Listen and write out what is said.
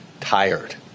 tired